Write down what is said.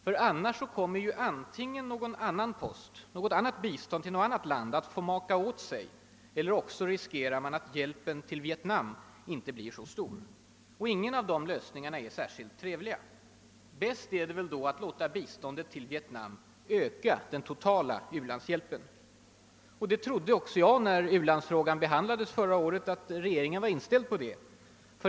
För annars kommer antingen någon annan post, ett bistånd till något annat land, att få maka åt sig, eller riskerar man att bjälpen till Vietnam inte blir så stor. Ingen av de lösningarna är särskilt trevlig. Bäst är det att låta biståndet till Vietnam öka den totala u-landshjälpen. Så trodde jag också skulle ske när ulandsfrågan behandlades förra året, att regeringen var inställd på det.